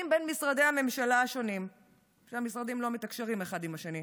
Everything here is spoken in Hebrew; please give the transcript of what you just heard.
בין משרדי הממשלה השונים וכשהמשרדים לא מתקשרים אחד עם השני?